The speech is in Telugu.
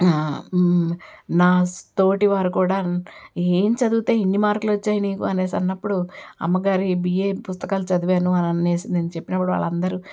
నా తోటి వారు కూడా ఏం చదివితే నీకు ఇన్ని మార్కులు వచ్చాయి అనేసి అన్నప్పుడు అమ్మగారి బిఏ పుస్తకాలు చదివాను అని అనేసి నేను చెప్పినప్పుడు వాళ్ళు అందరూ